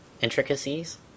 intricacies